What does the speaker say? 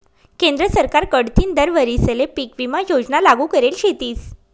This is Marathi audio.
केंद्र सरकार कडथीन दर वरीसले पीक विमा योजना लागू करेल शेतीस